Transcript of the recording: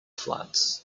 flats